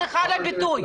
וסליחה על הביטוי.